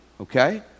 Okay